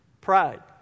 Pride